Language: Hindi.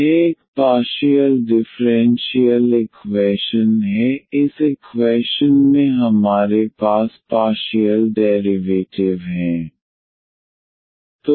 यह एक पार्शियल डिफ़्रेंशियल इक्वैशन है इस इक्वैशन में हमारे पास पार्शियल डेरिवेटिव हैं